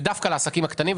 ודווקא לעסקים הקטנים.